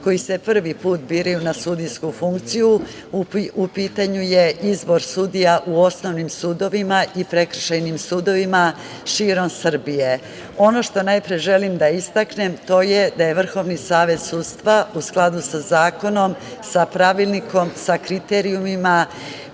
koji se prvi put biraju na sudijsku funkciju. U pitanju je izbor sudija u osnovnim sudovima i prekršajnim sudovima širom Srbije. Ono što najpre želim da istaknem, to je da je Vrhovni savet sudstva u skladu sa zakonom, sa pravilnikom, sa kriterijumima,